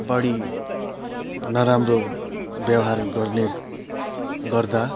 बढी नराम्रो व्यवहार गर्ने गर्दा